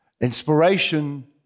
inspiration